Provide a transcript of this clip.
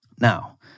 now